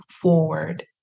forward